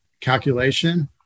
calculation